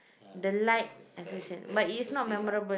yeah kinda like like it's interesting lah